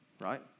right